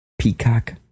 peacock